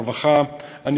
הרווחה והשירותים החברתיים.